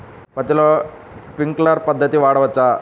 పత్తిలో ట్వింక్లర్ పద్ధతి వాడవచ్చా?